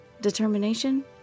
Determination